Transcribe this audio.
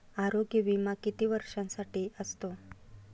आरोग्य विमा किती वर्षांसाठी असतो?